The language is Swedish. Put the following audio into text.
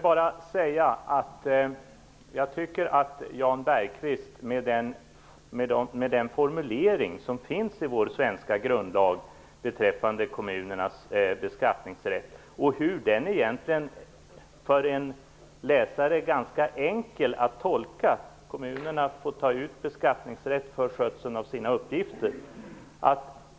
Jag tycker, Jan Bergqvist, att den formulering som finns i vår svenska grundlag beträffande kommunernas beskattningsrätt egentligen är ganska enkel för en läsare att tolka; kommunerna har beskattningsrätt för skötseln av sina uppgifter.